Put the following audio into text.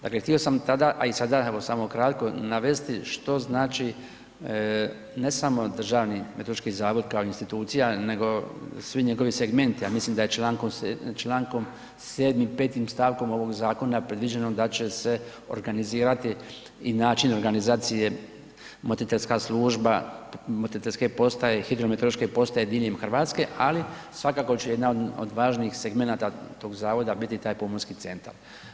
Dakle, htio tada, a i sada evo samo kratko navesti što znači, ne samo Državni meteorološki zavod kao institucija, nego svi njegovi segmenti, a mislim da je Člankom 7., 5. stavkom ovog zakona predviđeno da će se organizirati i način organizacije motriteljska služba, motriteljske postaje i hidrometeorološke postaje diljem Hrvatske, ali svakako će jedna od važnijeg segmenata tog zavoda biti taj pomorski centar.